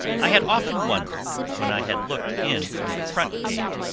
i had often wondered, when i had looked in from the front gate,